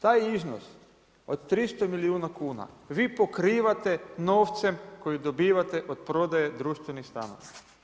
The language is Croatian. Taj iznos od 300 milijuna kuna, vi pokrivat se novcem koji dobivate od prodaje društvenih stanova.